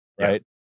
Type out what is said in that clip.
right